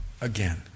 again